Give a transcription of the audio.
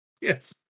yes